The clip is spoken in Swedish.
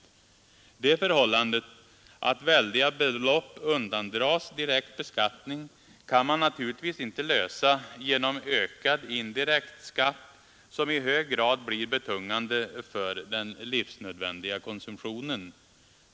Det förhållandet att väldiga belopp undandras direkt beskattning kan man naturligtvis inte lösa genom ökad indirekt skatt, som i hög grad blir betungande för den livsnödvändiga konsumtionen.